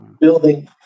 building